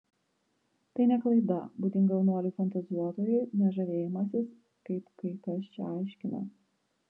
tai ne klaida būdinga jaunuoliui fantazuotojui ne žavėjimasis kaip kai kas čia aiškina